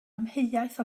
amheuaeth